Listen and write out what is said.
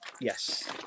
yes